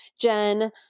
Jen